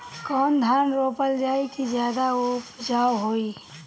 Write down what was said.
कौन धान रोपल जाई कि ज्यादा उपजाव होई?